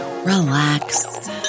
Relax